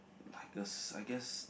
I guess I guess